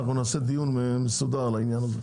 אנחנו נעשה דיון מסודר על העניין הזה.